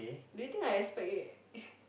do you think I expect it